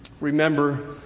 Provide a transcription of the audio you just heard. Remember